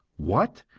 what?